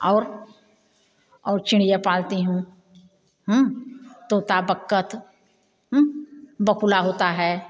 और चिड़ियाँ पालती हूँ तोता बतख बगुला होता है